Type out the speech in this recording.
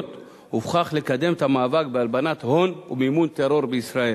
ובכך לקדם את המאבק בהלבנת הון ובמימון טרור בישראל.